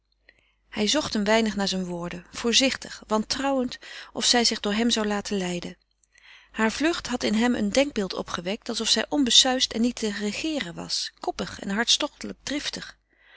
hij zocht een weinig naar zijn woorden voorzichtig wantrouwend of zij zich door hem zou laten leiden hare vlucht had in hem een denkbeeld opgewekt alsof zij onbesuisd en niet te regeeren was koppig en hartstochtelijk driftig